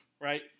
right